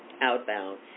Outbound